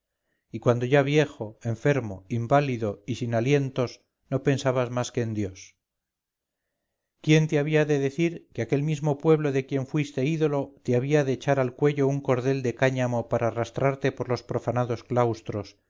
y cuando ya viejo enfermo inválido y sin alientos no pensabas más que en dios quién te había de decir que aquel mismo pueblo de quien fuiste ídolo te había de echar al cuello un cordel de cáñamo para arrastrarte por los profanados claustros